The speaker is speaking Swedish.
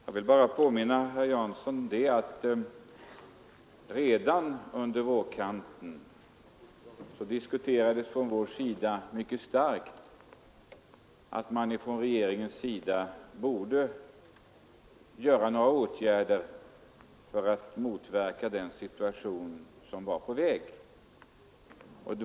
Jag vill bara påminna herr Jansson om att vi på vårt håll redan under våren mycket starkt tryckte på för att regeringen skulle vidta några åtgärder för att motverka den situation som var på väg.